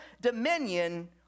dominion